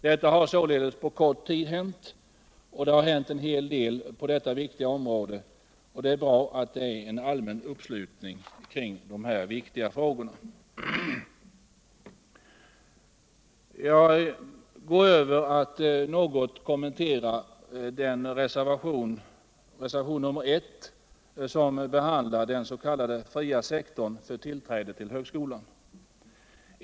Det har således på kort tid hänt en hel del på detta viktiga område. och det är bra att det är en allmän uppslutning kring de här viktiga frågorna. Jag går över till att något kommentera reservation nr I som behandlar den s.k. fria sektorn för tillträde till högskolan.